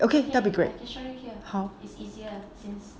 okay okay that will be great